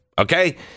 okay